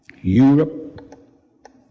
Europe